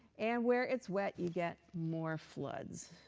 and where it's wet, you get more floods.